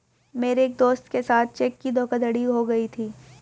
मेरे एक दोस्त के साथ चेक की धोखाधड़ी हो गयी थी